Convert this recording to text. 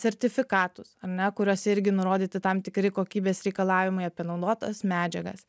sertifikatus ar ne kuriuose irgi nurodyti tam tikri kokybės reikalavimai apie naudotas medžiagas